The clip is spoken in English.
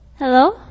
Hello